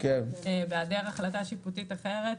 בהיעדר החלטה שיפוטית אחרת,